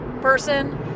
person